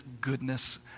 goodness